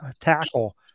tackle